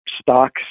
stocks